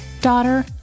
daughter